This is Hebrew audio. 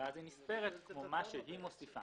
שזו תכנית חדשה, היא נספרת כמו מה שהיא מוסיפה.